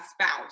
spouse